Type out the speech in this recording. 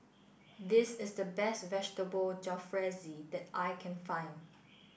this is the best Vegetable Jalfrezi that I can find